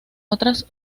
otras